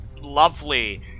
lovely